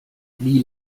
wie